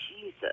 Jesus